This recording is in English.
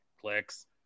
Clicks